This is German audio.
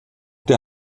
der